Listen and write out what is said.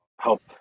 help